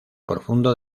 profundo